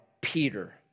Peter